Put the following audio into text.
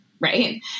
Right